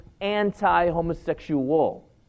anti-homosexual